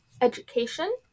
education